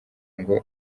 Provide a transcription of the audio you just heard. ngo